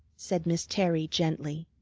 said miss terry gently.